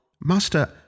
Master